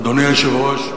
אדוני היושב-ראש,